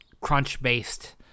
crunch-based